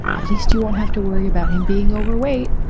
at least you won't have to worry about him being overweight.